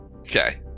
Okay